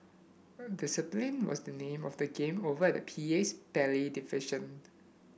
discipline was the name of the game over at the PA's ballet division